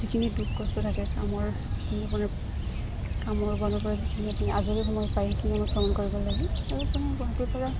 যিখিনি দুখ কষ্ট থাকে কামৰ যিখিনি আপোনাৰ কামৰপৰা যিখিনি আপুনি আজৰি সময় পায় সেইখিনি সময়ত ভ্ৰমণ কৰিব লাগে আৰু আপুনি গুৱাহাটীৰপৰা